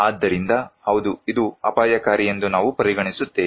ಆದ್ದರಿಂದ ಹೌದು ಇದು ಅಪಾಯಕಾರಿ ಎಂದು ನಾವು ಪರಿಗಣಿಸುತ್ತೇವೆ